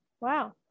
wow